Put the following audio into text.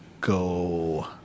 go